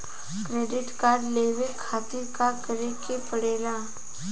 Credit card लेवे खातिर का करे के पड़ेला?